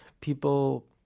people